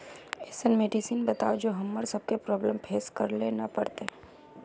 ऐसन मेडिसिन बताओ जो हम्मर सबके प्रॉब्लम फेस करे ला ना पड़ते?